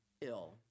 ill